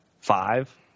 Five